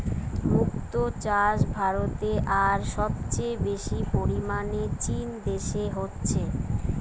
মুক্তো চাষ ভারতে আর সবচেয়ে বেশি পরিমাণে চীন দেশে হচ্ছে